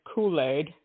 Kool-Aid